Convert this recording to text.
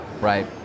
Right